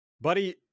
Buddy